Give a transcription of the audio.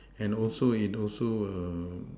and also it also